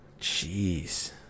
Jeez